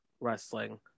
wrestling